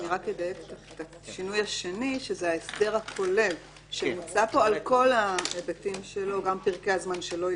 אנחנו מדברים, אם מישהו נעלם, מה הסיבה שאחרי שהיה